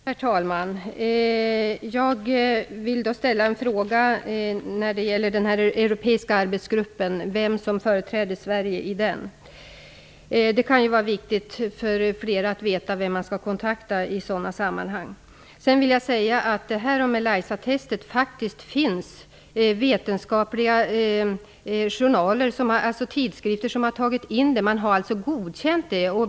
Herr talman! Jag vill fråga vem som företräder Sverige i den europeiska arbetsgruppen. Det kan vara viktigt för flera att få veta vem man skall kontakta i sådana sammanhang. Jag vill också beträffande Melisatestet säga att det faktiskt har redovisats i vetenskapliga tidskrifter. Man har alltså godkänt detta.